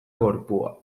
gorpua